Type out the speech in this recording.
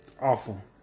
Awful